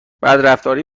بدرفتاری